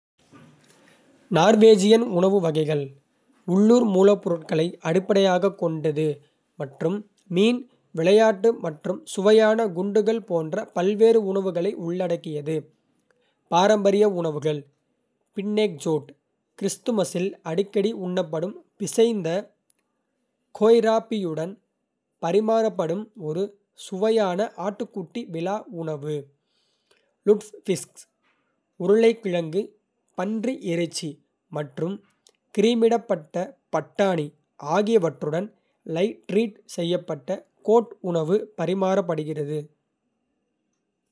நார்வேஜியன் உணவு வகைகள் உள்ளூர் மூலப்பொருட்களை அடிப்படையாகக் கொண்டது மற்றும் மீன், விளையாட்டு மற்றும் சுவையான குண்டுகள் போன்ற பல்வேறு உணவுகளை உள்ளடக்கியது. பாரம்பரிய உணவுகள். பின்னேக்ஜோட். கிறிஸ்துமஸில் அடிக்கடி உண்ணப்படும் பிசைந்த கோஹ்ராபியுடன் பரிமாறப்படும் ஒரு சுவையான ஆட்டுக்குட்டி விலா உணவு லுட்ஃபிஸ்க். உருளைக்கிழங்கு, பன்றி இறைச்சி மற்றும் கிரீமிடப்பட்ட பட்டாணி ஆகியவற்றுடன் லை-ட்ரீட் செய்யப்பட்ட கோட் உணவு பரிமாறப்படுகிறது.